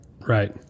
right